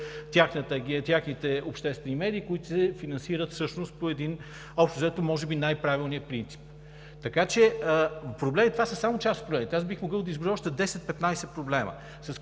техните обществени медии, които се финансират всъщност по може би най-правилния принцип. Това са само част от проблемите. Аз бих могъл да изброя още 10 – 15 проблема,